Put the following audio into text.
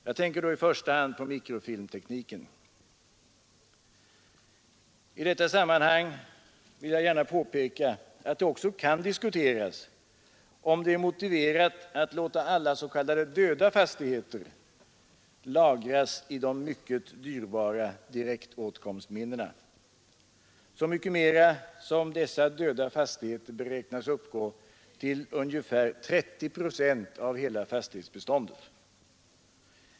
Jag tänker då i första hand på mikrofilmtekniken. I detta sammanhang vill jag gärna påpeka att det också kan diskuteras om det är motiverat att låta alla s.k. döda fastigheter lagras i de mycket dyrbara direktåtkomstminnena, så mycket mera som dessa döda fastigheter beräknas uppgå till ungefär 30 procent av hela fastighetsbeståndet.